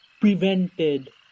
prevented